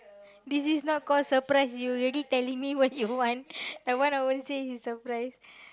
this is not call surprise you already telling me what you want that one I won't say is surprise